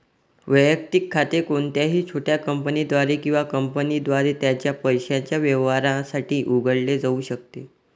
वैयक्तिक खाते कोणत्याही छोट्या कंपनीद्वारे किंवा कंपनीद्वारे त्याच्या पैशाच्या व्यवहारांसाठी उघडले जाऊ शकते